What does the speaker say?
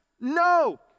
No